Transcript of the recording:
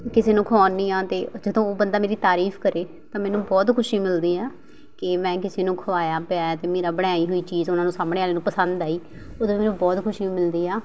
ਕਿਸੇ ਨੂੰ ਖੁਆਉਣੀ ਹਾਂ ਅਤੇ ਜਦੋਂ ਉਹ ਬੰਦਾ ਮੇਰੀ ਤਾਰੀਫ਼ ਕਰੇ ਤਾਂ ਮੈਨੂੰ ਬਹੁਤ ਖੁਸ਼ੀ ਮਿਲਦੀ ਆ ਕਿ ਮੈਂ ਕਿਸੇ ਨੂੰ ਖਵਾਇਆ ਪਿਆਇਆ ਅਤੇ ਮੇਰਾ ਬਣਾਈ ਹੋਈ ਚੀਜ਼ ਉਹਨਾਂ ਨੂੰ ਸਾਹਮਣੇ ਵਾਲੇ ਨੂੰ ਪਸੰਦ ਆਈ ਉਦੋਂ ਮੈਨੂੰ ਬਹੁਤ ਖੁਸ਼ੀ ਮਿਲਦੀ ਆ